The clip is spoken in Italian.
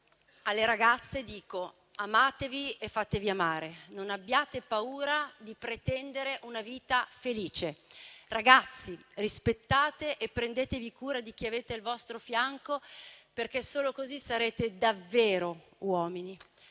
Alle ragazze dico: amatevi e fatevi amare, non abbiate paura di pretendere una vita felice. Ragazzi, rispettate e prendetevi cura di chi avete al vostro fianco, perché solo così sarete davvero uomini.